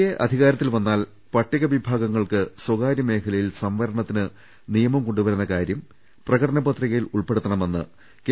A അധികാരത്തിൽ വന്നാൽ പട്ടിക്വിഭാഗങ്ങൾക്ക് സ്വകാര്യമേഖലയിൽ സംവരണത്തിന് ്നിയമം കൊണ്ടുവരു ന്ന കാര്യം പ്രകടന പത്രികയിൽ ഉൾപ്പെടുത്തണമെന്ന് കെ